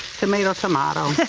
tomato, tomato.